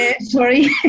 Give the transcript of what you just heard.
sorry